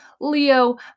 Leo